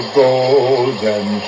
golden